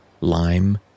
lime